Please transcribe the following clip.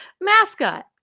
mascot